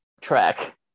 track